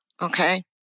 Okay